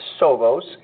Sovos